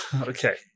Okay